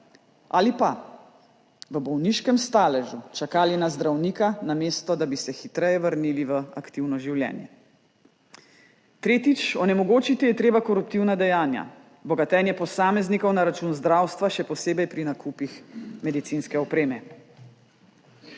ali pa v bolniškem staležu čakali na zdravnika, namesto da bi se hitreje vrnili v aktivno življenje. Tretjič, onemogočiti je treba koruptivna dejanja – bogatenje posameznikov na račun zdravstva, še posebej pri nakupih medicinske opreme.